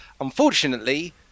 unfortunately